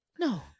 no